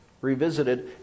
Revisited